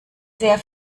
sehr